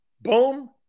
Boom